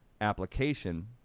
application